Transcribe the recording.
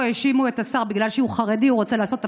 האשימו את השר שבגלל שהוא חרדי הוא רוצה לעשות הפרדות.